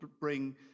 bring